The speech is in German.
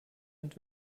und